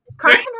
Carson